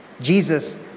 Jesus